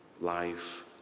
life